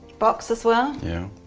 box as well. yeah.